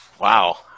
Wow